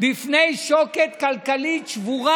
בפני שוקת כלכלית שבורה,